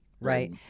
right